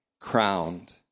crowned